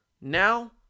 Now